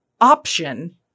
option